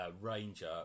Ranger